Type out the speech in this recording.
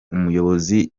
umuyobozi